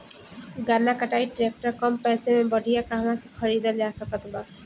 गन्ना कटाई ट्रैक्टर कम पैसे में बढ़िया कहवा से खरिदल जा सकत बा?